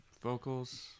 vocals